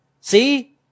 See